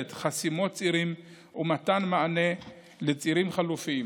חסימות צירים ומתן מענה בצירים חלופיים,